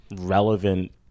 relevant